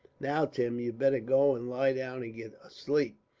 now, tim, you'd better go and lie down and get a sleep,